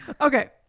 Okay